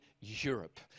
Europe